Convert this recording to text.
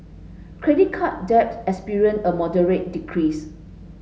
credit card debt experienced a moderate decrease